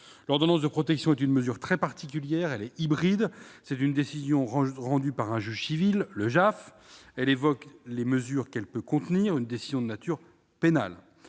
L'ordonnance de protection est une mesure très particulière. Elle est hybride : c'est une décision rendue par un juge civil, le JAF, qui évoque, par les mesures qu'elle peut contenir, une décision de nature pénale.